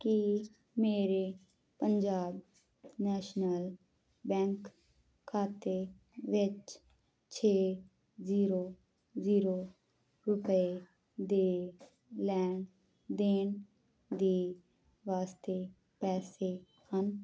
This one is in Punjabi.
ਕੀ ਮੇਰੇ ਪੰਜਾਬ ਨੈਸ਼ਨਲ ਬੈਂਕ ਖਾਤੇ ਵਿੱਚ ਛੇੇ ਜੀਰੋ ਜੀਰੋ ਰੁਪਏ ਦੇ ਲੈਣ ਦੇਣ ਦੀ ਵਾਸਤੇ ਪੈਸੇ ਹਨ